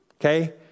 okay